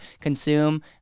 consume